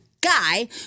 Guy